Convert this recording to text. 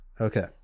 Okay